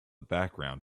background